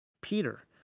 Peter